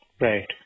Right